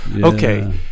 okay